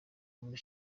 muri